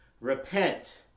Repent